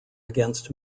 against